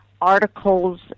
articles